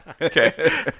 Okay